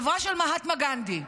חברה של מהאטמה גנדי.